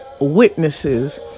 witnesses